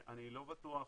אני לא בטוח,